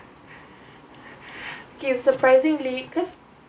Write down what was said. okay surprisingly cause